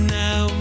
now